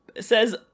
says